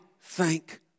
thank